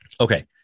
Okay